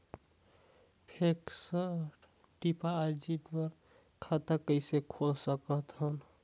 Fixed deposit बर खाता कइसे खोल सकत हन?